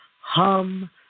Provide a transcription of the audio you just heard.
hum